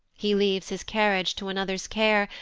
he leaves his carriage to another's care,